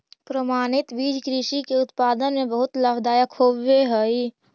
प्रमाणित बीज कृषि के उत्पादन में बहुत लाभदायक होवे हई